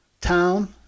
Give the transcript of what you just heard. town